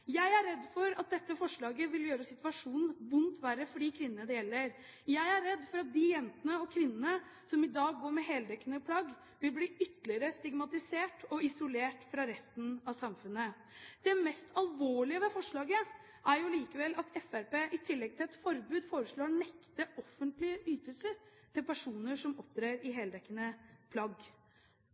Jeg er redd for at dette forslaget vil gjøre situasjonen vondt verre for de kvinnene det gjelder. Jeg er redd for at de jentene og kvinnene som i dag går med heldekkende plagg, vil bli ytterligere stigmatisert og isolert fra resten av samfunnet. Det mest alvorlige med forslaget er jo likevel at Fremskrittspartiet, i tillegg til et forbud, foreslår å nekte offentlige ytelser til personer som opptrer i heldekkende plagg.